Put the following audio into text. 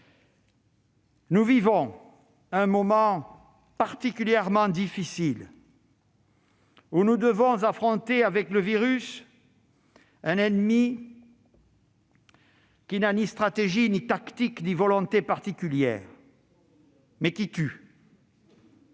Nous vivons un moment particulièrement difficile. Nous devons affronter avec le virus un ennemi qui n'a ni stratégie, ni tactique, ni volonté particulière, mais qui tue.